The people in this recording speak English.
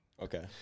Okay